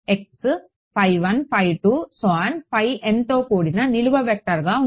x తో కూడిన నిలువు వెక్టార్గా ఉంటుంది